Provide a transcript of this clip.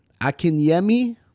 Akinyemi